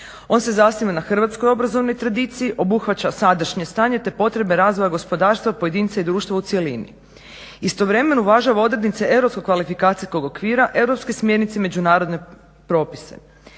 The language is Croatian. On se zasniva na hrvatskoj obrazovnoj tradiciji, obuhvaća sadašnje stanje, te potrebe razvoja gospodarstva pojedinca i društva u cjelini. Istovremeno uvažava odrednice europskog kvalifikacijskog okvira, europske smjernice i međunarodne propise.